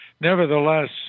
nevertheless